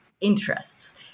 interests